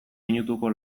minutuko